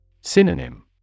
Synonym